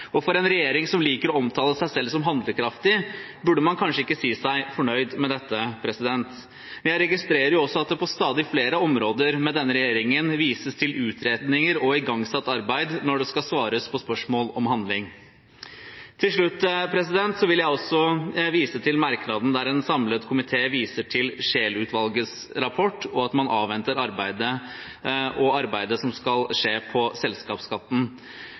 For en regjering som liker å omtale seg selv som handlekraftig, burde man kanskje ikke si seg fornøyd med dette. Jeg registrerer også at det på stadig flere områder med denne regjeringen vises til utredninger og igangsatt arbeid når det skal svares på spørsmål om handling. Til slutt vil jeg vise til merknaden der en samlet komité viser til Scheel-utvalgets rapport og at man avventer arbeidet som skal skje med selskapsskatten.